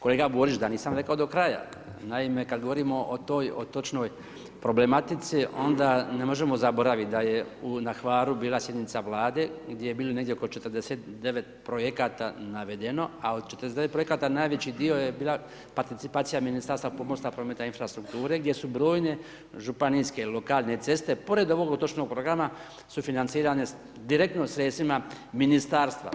Kolega Borić, da nisam rekao do kraja, naime kada govorimo o toj točnoj problematici onda ne možemo zaboraviti da je na Hvaru bila sjednica vlada, gdje je bilo negdje 49 projekata navedeno, a od 49 projekata najveći dio je bila participacija Ministarstva pomorstva, prometa i infrastrukture, gdje su brojne županijske i lokalne ceste pored ovog otočnog programa su financirane direktno sredstvima Ministarstva.